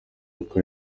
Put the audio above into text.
uko